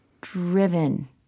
driven